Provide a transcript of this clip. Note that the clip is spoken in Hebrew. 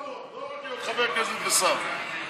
על סעיף 1, נכון?